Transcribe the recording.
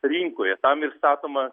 rinkoje tam ir statoma